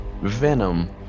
Venom